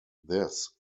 this